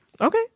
Okay